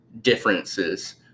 differences